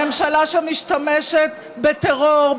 ממשלה שמשתמשת בטרור,